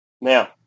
Now